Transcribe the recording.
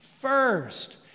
first